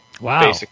Wow